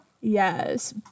Yes